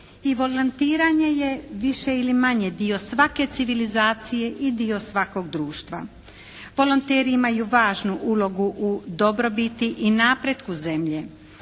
I volontiranje je više ili manje dio svake civilizacije i dio svakog društva. Volonteri imaju važnu ulogu u dobrobiti i napretku zemlje.